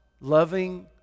loving